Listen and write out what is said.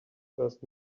first